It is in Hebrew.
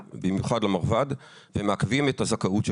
במיוחד לשם וכך מעכבים את הזכאות שלהם.